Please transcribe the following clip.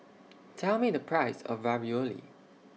Tell Me The Price of Ravioli